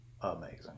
amazing